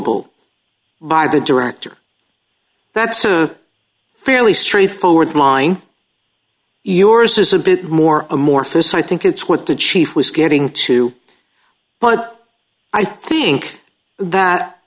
unreviewable by the director that's a fairly straight forward line yours is a bit more amorphous i think it's what the chief was getting to but i think that